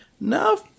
no